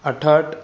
अठहठि